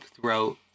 throughout